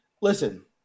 Listen